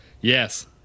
Yes